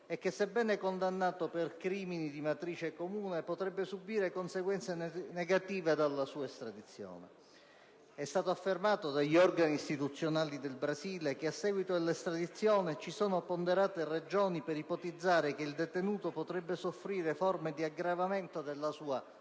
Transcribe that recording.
e che, sebbene condannato per crimini di matrice comune, potrebbe subire conseguenze negative dalla sua estradizione». È stato affermato dagli organi istituzionali del Brasile che, a seguito dell'estradizione, «ci sono ponderate ragioni per ipotizzare che il detenuto potrebbe soffrire forme di aggravamento della sua